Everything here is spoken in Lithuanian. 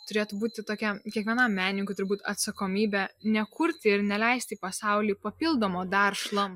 turėtų būti tokia kiekvienam menininkui turbūt atsakomybė nekurti ir neleisti pasauliui papildomo dar šlamšto